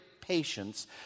patience